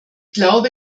glaube